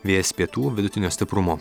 vėjas pietų vidutinio stiprumo